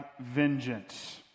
vengeance